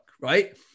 right